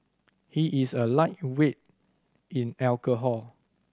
he is a lightweight in alcohol